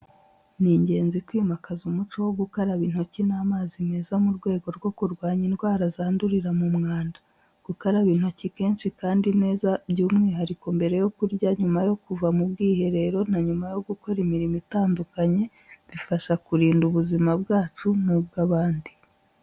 Ni ingenzi kwimakaza umuco wo gukaraba intoki n’amazi meza mu rwego rwo kurwanya indwara zandurira mu mwanda. Gukaraba intoki kenshi kandi neza, by'umwihariko mbere yo kurya, nyuma yo kuva mu bwiherero, na nyuma yo gukora imirimo itandukanye, bifasha kurinda ubuzima bwacu n'ubw’abandi.